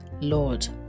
lord